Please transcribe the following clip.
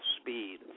speed